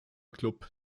club